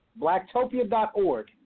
Blacktopia.org